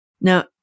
Now